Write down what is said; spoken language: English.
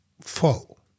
fall